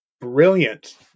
brilliant